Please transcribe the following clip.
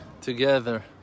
together